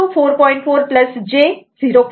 4 j 0